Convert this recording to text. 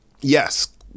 Yes